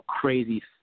crazy